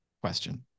question